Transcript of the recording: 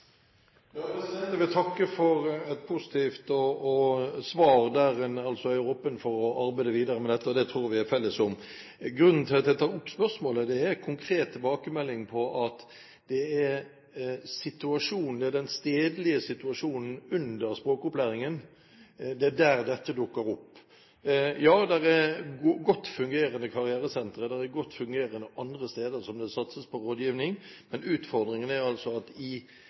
Jeg vil takke for et positivt svar, der en altså er åpen for å arbeide videre med dette, og det tror jeg vi er enige om. Grunnen til at jeg tar opp spørsmålet, er konkret tilbakemelding på at det er i den stedlige situasjonen under språkopplæringen at dette dukker opp. Ja, det er godt fungerende karrieresentre, og det er godt fungerende andre steder som satser på rådgivning, men utfordringen er altså at i